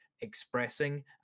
expressing